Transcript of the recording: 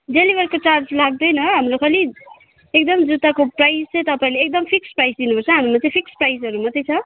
डेलिभरको charge लाग्दैन हाम्रो पनि एकदम जुत्ताको प्राइस चाहिँ तपाईँले एकदम फिक्स प्राइस दिनुपर्छ हाम्रो चाहिँ फिक्स प्राइसहरू मात्रै छ